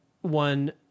one